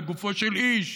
לגופו של איש,